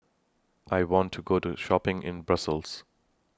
I want to Go to Shopping in Brussels